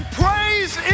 praise